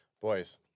Boys